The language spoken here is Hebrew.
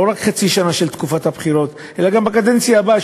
לא רק בחצי השנה של תקופת הבחירות אלא גם בקדנציה הבאה,